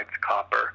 copper